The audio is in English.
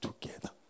together